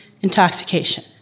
intoxication